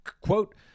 Quote